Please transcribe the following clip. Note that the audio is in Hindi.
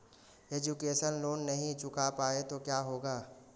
एजुकेशन लोंन नहीं चुका पाए तो क्या होगा?